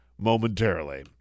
momentarily